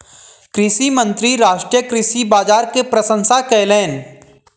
कृषि मंत्री राष्ट्रीय कृषि बाजार के प्रशंसा कयलैन